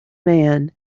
man